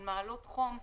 של מעלות חום,